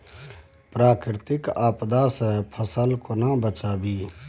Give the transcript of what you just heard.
प्राकृतिक आपदा सं फसल केना बचावी?